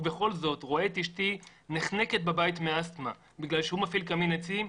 ובכל זאת רואה את אשתי נחנקת בבית מאסטמה בגלל שהוא מפעיל קמין עצים,